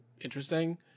interesting